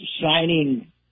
signing